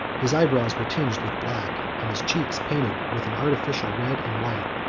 his eyebrows were tinged with black, and his cheeks painted with an artificial red and white.